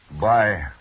bye